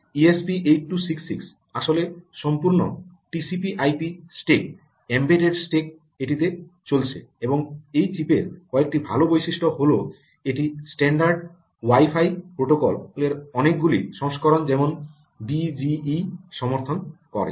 এই ইএসপি 8266 আসলে সম্পূর্ণ T C P I P TCPIP stack embedded stack এটিতে চলছে এবং এই চিপের কয়েকটি ভাল বৈশিষ্ট্য হল এটি স্ট্যান্ডার্ড ওয়াই ফাই প্রোটোকল 80211 এর অনেকগুলো সংস্করণ যেমন বি জি ই সমর্থন করে